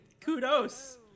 kudos